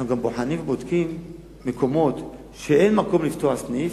אנחנו גם בוחנים ובודקים מקומות שבהם אין מקום לפתוח סניף,